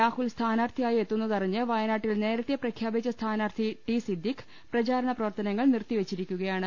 രാഹുൽ സ്ഥാനാർത്ഥിയായി എത്തു ന്ന തിഞ്ഞ് വയ നാട്ടിൽ നേരത്ത് പഖ്യാ പിച്ച സ്ഥാനാർത്ഥി ടി സിദ്ദിഖ് പ്രചാരണ പ്രവർത്തനങ്ങൾ നിർത്തി വെച്ചിരിക്കുകയാണ്